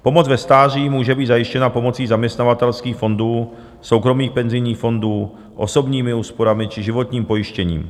Pomoc ve stáří může být zajištěna pomocí zaměstnavatelských fondů, soukromých penzijních fondů, osobními úsporami či životním pojištěním.